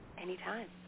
anytime